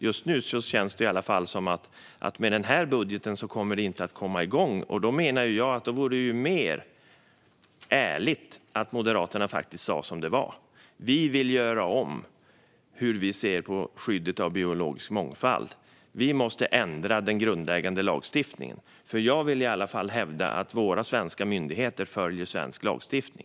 Just nu känns det som att det inte kommer att komma igång med den här budgeten, och jag menar att det i så fall vore mer ärligt om Moderaterna sa som det var: att de vill göra om hur man ser på skyddet av biologisk mångfald och att de vill ändra den grundläggande lagstiftningen. Jag vill nämligen hävda att våra svenska myndigheter följer svensk lagstiftning.